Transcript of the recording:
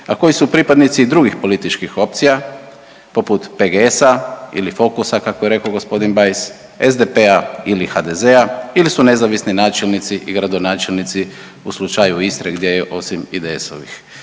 a koji su pripadnici i drugih političkih opcija poput PGS-a ili Fokusa kako je rekao gospodin Bajs, SDP-a ili HDZ-a ili su nezavisni načelnici i gradonačelnici u slučaju Istre gdje je osim IDS-ovih